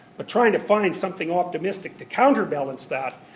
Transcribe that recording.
but trying to find something optimistic to counter-balance that,